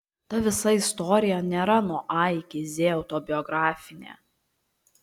ta visa istorija nėra nuo a iki z autobiografinė